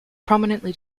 prominently